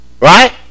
Right